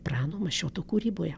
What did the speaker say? prano mašioto kūryboje